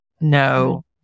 no